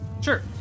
Sure